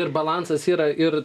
ir balansas yra ir